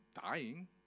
dying